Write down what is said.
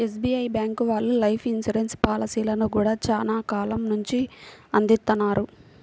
SBI bank వాళ్ళు life insurance పాలసీలను గూడా చానా కాలం నుంచే అందిత్తన్నారు